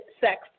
sex